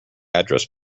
address